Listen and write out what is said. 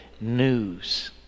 news